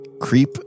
creep